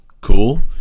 Cool